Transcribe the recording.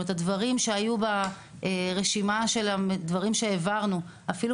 הדברים שהיו ברשימה שהעברנו אפילו